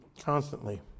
constantly